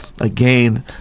Again